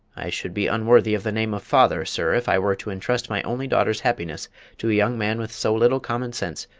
i should be unworthy of the name of father, sir, if i were to entrust my only daughter's happiness to a young man with so little common sense,